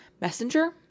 Messenger